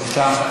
בבקשה.